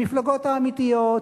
המפלגות האמיתיות,